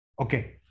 Okay